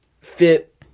fit